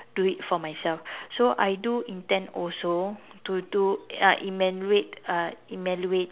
do it for myself so I do intend also to do uh immaculate uh immaculate